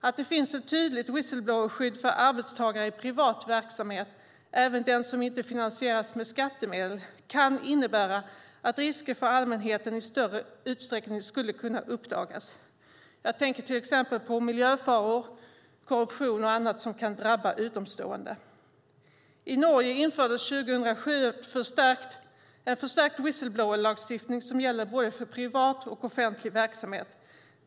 Att det finns ett tydligt whistle-blowerskydd för arbetstagare i privat verksamhet, även den som inte finansieras med skattemedel, kan innebära att risker för allmänheten i större utsträckning skulle kunna uppdagas. Jag tänker till exempel på miljöfaror, korruption och annat som kan drabba utomstående. I Norge infördes 2007 en förstärkt whistle-blowerlagstiftning som gäller för både privat och offentlig verksamhet.